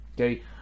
okay